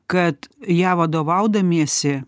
kad ja vadovaudamiesi